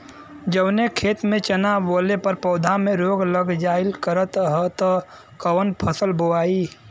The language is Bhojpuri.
जवने खेत में चना बोअले पर पौधा में रोग लग जाईल करत ह त कवन फसल बोआई?